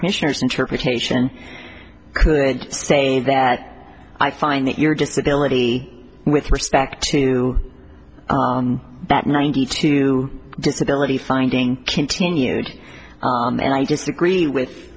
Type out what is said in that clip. commissioner's interpretation could say that i find that your disability with respect to that ninety two disability finding continued and i disagree with